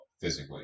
physically